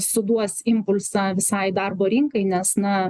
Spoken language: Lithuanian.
suduos impulsą visai darbo rinkai nes na